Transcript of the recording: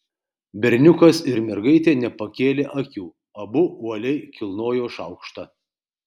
berniukas ir mergaitė nepakėlė akių abu uoliai kilnojo šaukštą